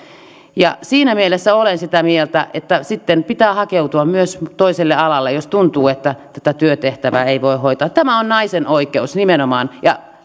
siinä mielessä olen sitä mieltä että sitten pitää myös hakeutua toiselle alalle jos tuntuu että tätä työtehtävää ei voi hoitaa tämä on naisen oikeus nimenomaan